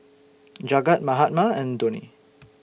Jagat Mahatma and Dhoni